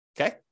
Okay